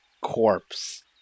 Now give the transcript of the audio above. corpse